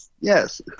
Yes